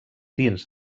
dins